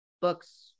books